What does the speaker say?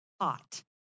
hot